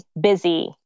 busy